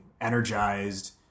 energized